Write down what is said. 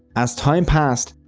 as time passed,